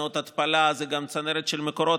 תחנות התפלה, זה גם צנרת של מקורות.